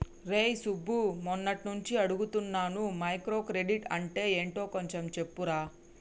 రేయ్ సుబ్బు, మొన్నట్నుంచి అడుగుతున్నాను మైక్రో క్రెడిట్ అంటే యెంటో కొంచెం చెప్పురా